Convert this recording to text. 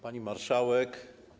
Pani Marszałek!